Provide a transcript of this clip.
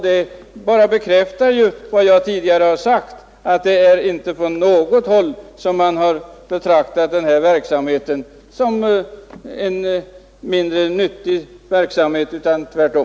Det bekräftar vad jag tidigare sagt, nämligen att man inte från något håll har betraktat verksamheten som mindre nyttig utan tvärtom.